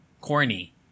corny